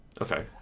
Okay